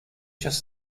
just